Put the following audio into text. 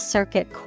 Circuit